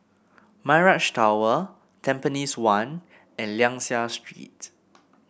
Mirage Tower Tampines One and Liang Seah Street